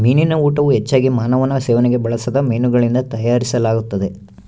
ಮೀನಿನ ಊಟವು ಹೆಚ್ಚಾಗಿ ಮಾನವನ ಸೇವನೆಗೆ ಬಳಸದ ಮೀನುಗಳಿಂದ ತಯಾರಿಸಲಾಗುತ್ತದೆ